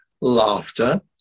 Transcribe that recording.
laughter